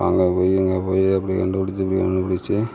அங்கே போய் இங்க போய் அப்படி கண்டுபிடிச்சி இப்படி கண்டுபிடிச்சி